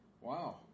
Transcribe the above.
Wow